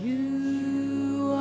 you